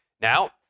now